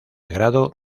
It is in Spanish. grado